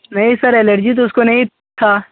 नहीं sir allergy तो उसको नहीं था